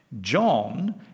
John